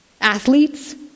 athletes